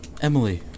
Emily